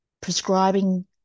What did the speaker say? prescribing